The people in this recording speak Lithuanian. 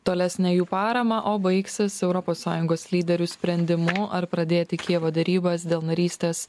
tolesnę jų paramą o baigsis europos sąjungos lyderių sprendimu ar pradėti kijevo derybas dėl narystės